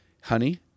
Honey